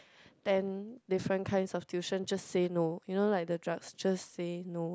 then different kinds of tuition just say no you know like the judges say no